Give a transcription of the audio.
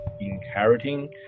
inheriting